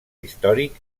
històric